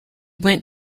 went